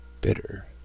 bitter